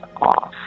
off